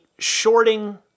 shorting